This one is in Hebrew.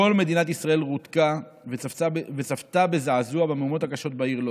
כל מדינת ישראל רותקה וצפתה בזעזוע במהומות הקשות בעיר לוד,